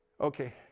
Okay